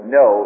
no